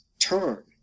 turn